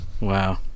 Wow